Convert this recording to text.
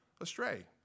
astray